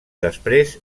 després